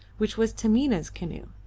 which was taminah's canoe.